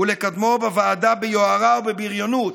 ולקדמו בוועדה ביוהרה ובבריונות.